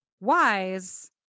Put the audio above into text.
wise